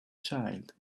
child